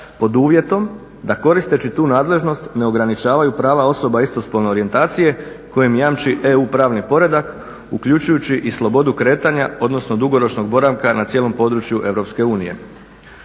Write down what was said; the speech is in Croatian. pod uvjetom da koristeći tu nadležnost ne ograničavaju prava osoba istospolne orijentacije koje im jamči EU pravni poredak uključujući i slobodu kretanja, odnosno dugoročnog boravka na cijelom području EU.